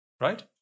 right